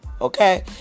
Okay